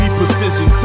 precision